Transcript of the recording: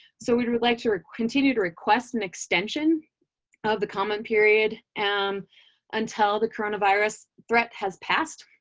so we we would like to continue to request an extension of the common period and until the coronavirus threat has passed.